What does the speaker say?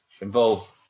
involve